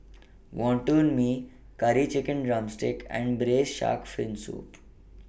Wonton Mee Curry Chicken Drumstick and Braised Shark Fin Soup